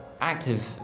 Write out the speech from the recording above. active